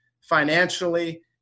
financially